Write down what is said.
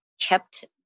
kept